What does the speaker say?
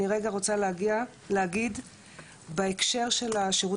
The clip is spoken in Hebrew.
אני רוצה להגיד רגע בהקשר של השירות